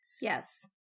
yes